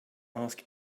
ask